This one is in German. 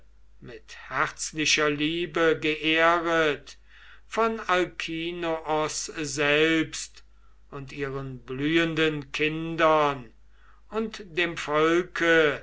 mit herzlicher liebe geehret von alkinoos selbst und ihren blühenden kindern und dem volke